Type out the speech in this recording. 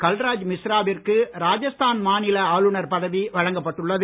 கல்ராஜ் மிஸ்ரா விற்கு ராஜஸ்தான் மாநில ஆளுநர் பதவி வழங்கப்பட்டு உள்ளது